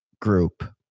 Group